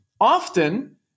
often